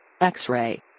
X-Ray